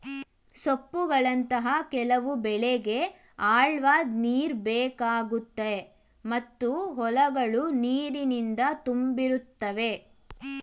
ಸೊಪ್ಪುಗಳಂತಹ ಕೆಲವು ಬೆಳೆಗೆ ಆಳವಾದ್ ನೀರುಬೇಕಾಗುತ್ತೆ ಮತ್ತು ಹೊಲಗಳು ನೀರಿನಿಂದ ತುಂಬಿರುತ್ತವೆ